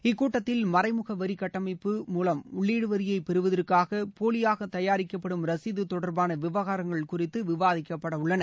இக்கூட்டத்தில் மறைமுக வரி கட்டமைப்பு மூலம் உள்ளீடு வரியை பெறுவதற்காக போலியாக தயாரிக்கப்படும் ரசீது தொடர்பான விவகாரங்கள் குறித்து விவாதிக்கப்படவுள்ளது